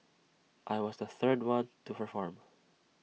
I was the third one to perform